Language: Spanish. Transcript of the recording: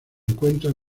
encuentra